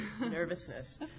nervousness